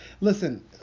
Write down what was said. Listen